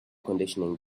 conditioning